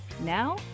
Now